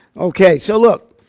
ok, so look.